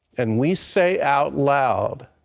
and we say out loud,